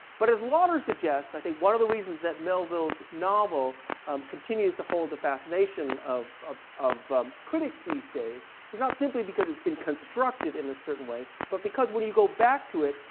but as lauder suggests, i think one of the reasons that melville's novel continues to hold the fascination of of critics these days is not simply because it's been constructed in a certain way, but because when you go back to it,